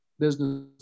business